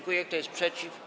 Kto jest przeciw?